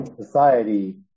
society